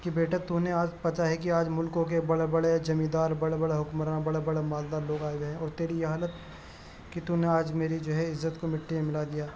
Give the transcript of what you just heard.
کہ بیٹا تو نے آج پتہ ہے کہ آج ملکوں کے بڑے بڑے زمیں دار بڑے بڑے حکمران بڑے بڑے مالدار لوگ آئے ہوئے ہیں اور تیری یہ حالت کہ تو نے آج میری جو ہے عزت کو مٹی میں ملا دیا